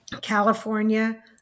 California